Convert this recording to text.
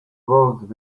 world